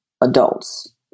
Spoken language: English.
adults